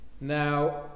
Now